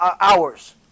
hours